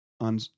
on